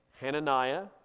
Hananiah